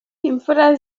imfura